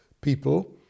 people